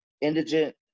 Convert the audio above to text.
indigent